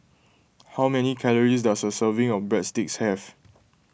how many calories does a serving of Breadsticks have